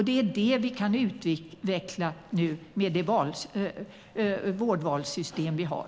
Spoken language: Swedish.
Det är detta vi nu kan utveckla med det vårdvalssystem vi har.